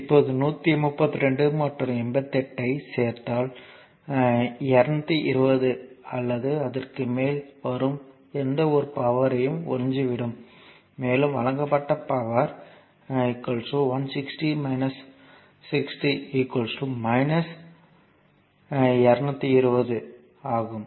இப்போது 132 மற்றும் 88 ஐ சேர்த்தால் இது 220 அல்லது அதற்கு மேல் வரும் எந்தவொரு பவர்யும் உறிஞ்சிவிடும் மேலும் வழங்கப்பட்ட பவர் 160 60 220 ஆகும்